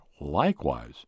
likewise